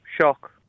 shock